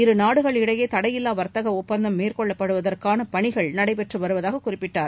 இரு நாடுகள் இடையே தடையில்லா வர்த்தக ஒப்பந்தம் மேற்கொள்ளப்படுவதற்கான பணிகள் நடைபெற்று வருவதாக குறிப்பிட்டார்